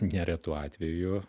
neretu atveju